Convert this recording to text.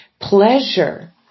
pleasure